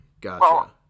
Gotcha